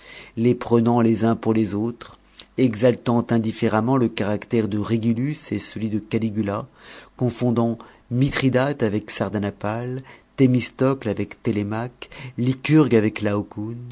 les prenant les uns pour les autres exaltant indifféremment le caractère de regulus et celui de caligula confondant mithridate avec sardanapale thémistocle avec télémaque lycurgue avec